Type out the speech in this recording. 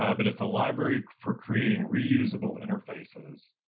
um but it's a library for creating reusable interfaces.